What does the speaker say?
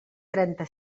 trenta